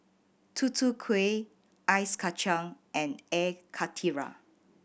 Tutu Kueh ice kacang and Air Karthira